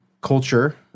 culture